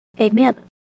Amen